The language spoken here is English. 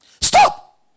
Stop